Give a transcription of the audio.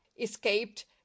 escaped